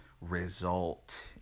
result